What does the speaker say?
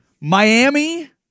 Miami